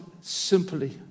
simply